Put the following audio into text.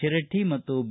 ತಿರಹಟ್ಟಿ ಮತ್ತು ಬಿ